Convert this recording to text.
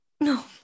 no